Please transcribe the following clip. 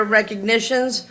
recognitions